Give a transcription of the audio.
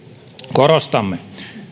korostamme